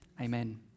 Amen